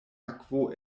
akvo